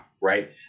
right